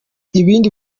ibindi